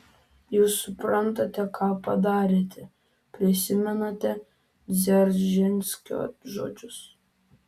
jūs suprantate ką padarėte prisimenate dzeržinskio žodžius